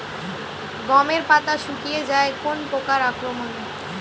গমের পাতা শুকিয়ে যায় কোন পোকার আক্রমনে?